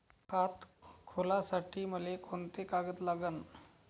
खात खोलासाठी मले कोंते कागद लागन?